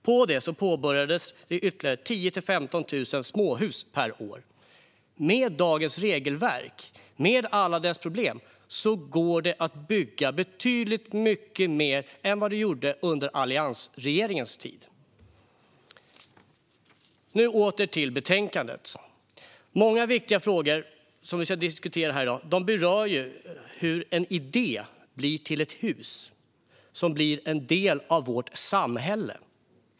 Därutöver påbörjades varje år byggnation av 10 000-15 000 småhus. Med dagens regelverk och alla dess problem går det att bygga betydligt mer än under alliansregeringens tid. Åter till betänkandet. Många viktiga frågor som vi ska diskutera här i dag handlar om hur en idé blir till ett hus, som blir till en del av vårt samhälle.